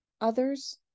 others